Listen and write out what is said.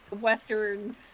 Western